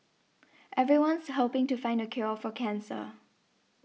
everyone's hoping to find the cure for cancer